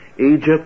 Egypt